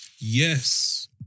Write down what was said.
Yes